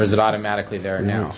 or is it automatically there now